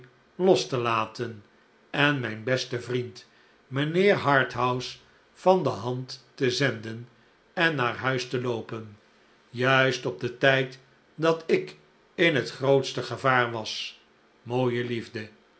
los te laten en mijn besten vriend mijnheer harthouse van de hand te zenden en naar huis te loopen juist op den tijd dat ik in het grootste gevaar was mooie liefde